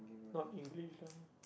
not English lah